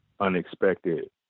unexpected